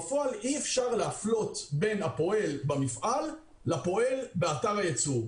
בפועל אי אפשר להפלות בין הפועל במפעל לפועל באתר הייצור.